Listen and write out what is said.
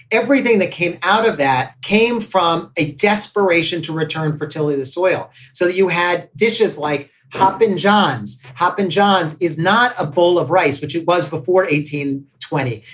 everything that came out of that came from a desperation to return fertility, the soil, so that you had dishes like hopp and johnes happened. johns is not a bowl of rice, but it was before eighteen twenty.